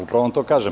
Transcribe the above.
Upravo vam to kažem.